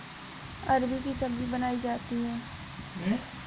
अरबी की सब्जी बनायीं जाती है